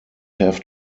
have